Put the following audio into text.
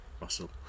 Russell